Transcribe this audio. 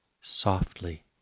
softly